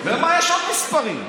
לְמה יש עוד מספרים?